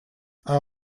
are